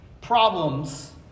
problems